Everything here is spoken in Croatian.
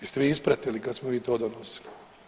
Jeste vi ispratili kad smo mi to donosili?